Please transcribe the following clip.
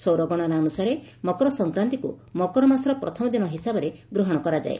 ସୌର ଗଣନା ଅନୁସାରେ ମକର ସଂକ୍ରାନ୍ତିକୁ ମକର ମାସର ପ୍ରଥମ ଦିନ ହିସାବରେ ଗ୍ରହଶ କରାଯାଏ